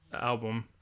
album